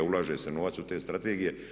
Ulaže se novac u te strategije.